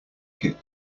kit